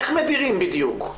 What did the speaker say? איך בדיוק מדירים?